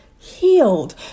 healed